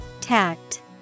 Tact